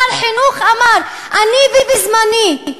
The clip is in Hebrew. שר חינוך שאמר: אני בזמני,